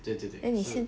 对对对是